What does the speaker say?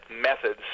methods